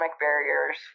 barriers